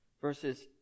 verses